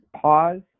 pause